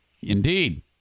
Indeed